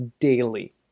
daily